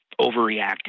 overreacting